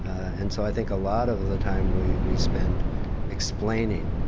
and so i think a lot of the time we we spend explaining,